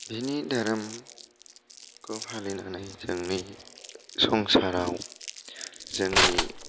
बिनि धोरोम फालिनानै जोंनि संसाराव जोंनि